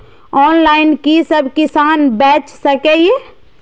Online कि सब किसान बैच सके ये?